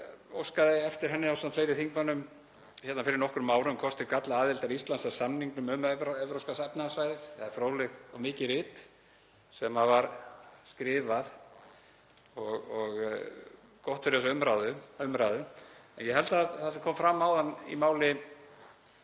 óskaði eftir henni ásamt fleiri þingmönnum hérna fyrir nokkrum árum, um kosti og galla aðildar Íslands að samningnum um Evrópska efnahagssvæðið. Það var fróðlegt og mikið rit sem var skrifað og gott fyrir þessa umræðu. En það sem kom fram áðan í máli